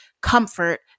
comfort